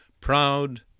Proud